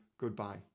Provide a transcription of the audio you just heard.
goodbye